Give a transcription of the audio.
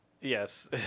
Yes